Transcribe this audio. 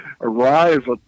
arrive